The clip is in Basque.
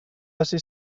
hasi